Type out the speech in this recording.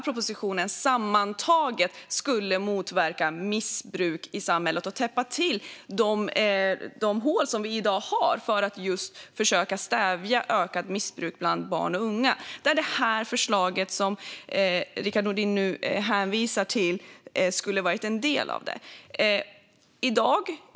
Propositionen skulle sammantaget ha motverkat missbruk i samhället och täppt till de hål som vi i dag har när det gäller att försöka stävja ökat missbruk bland barn och unga. Det förslag som Rickard Nordin nu hänvisar till skulle ha varit en del av det.